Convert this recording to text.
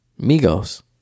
Migos